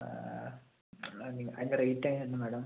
എന്നാൽ അങ്ങനെ അതിന്റെ റേറ്റ് എങ്ങനെ ആയിരുന്നു മേഡം